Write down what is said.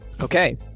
Okay